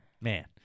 man